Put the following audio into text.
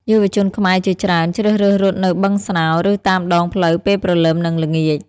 យុវជនខ្មែរជាច្រើនជ្រើសរើសរត់នៅបឹងស្នោរ ឬតាមដងផ្លូវពេលព្រលឹម និងល្ងាច។